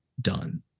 done